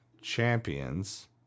champions